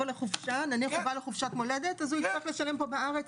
הוא בא לחופשת מולדת אז הוא יצטרך לשלם פה בארץ